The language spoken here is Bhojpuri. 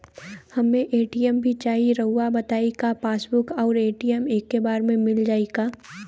हमके ए.टी.एम भी चाही राउर बताई का पासबुक और ए.टी.एम एके बार में मील जाई का?